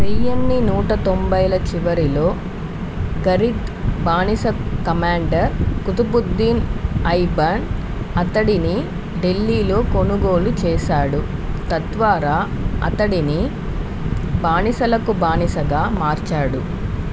వెయ్యిన్ని నూట తొంబైల చివరిలో ఘురిద్ బానిస కమాండర్ కుతుబుద్దీన్ ఐబన్ అతడిని ఢిల్లీలో కొనుగోలు చేసాడు తద్వారా అతడిని బానిసలకు బానిసగా మార్చాడు